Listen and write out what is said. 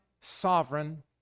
sovereign